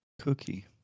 Cookie